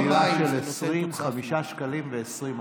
חבילה של 20, 5.20 שקלים.